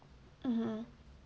mmhmm